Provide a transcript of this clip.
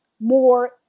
more